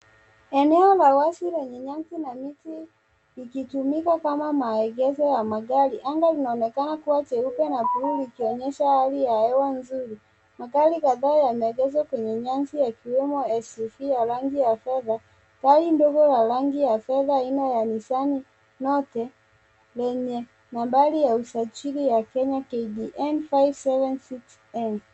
Eneo la wazi lenye nyasi na miti ikitumika kama maegezo ya magari. Anga linaonekana kuwa jeupe na buluu likionyesha hali ya hewa nzuri. Magari kadhaa yameegeshwa kwenye nyasi yakiwemo SUV ya rangi ya fedha, gari ndogo ya rangi ya fedha aina ya nissani note yenye nambari ya usajili ya Kenya KDN 576N .